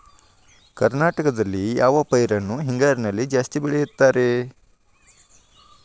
ಕರ್ನಾಟಕದಲ್ಲಿ ಯಾವ ಪೈರನ್ನು ಹಿಂಗಾರಿನಲ್ಲಿ ಜಾಸ್ತಿ ಬೆಳೆಯುತ್ತಾರೆ?